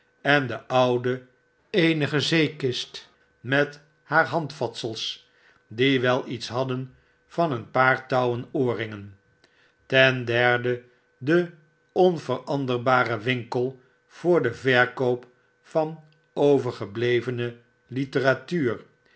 en de oude eenige zeekist met haar handvatsels die wel iets hadden van een paar touwen oorringen ten derde de onveranderbare winkel voor den verkoop van overgeblevene literatuur